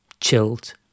chilled